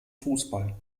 fußball